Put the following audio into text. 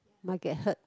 might get hurt